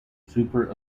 super